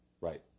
Right